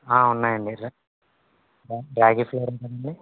ఉన్నాయండి రా రాగి కదండి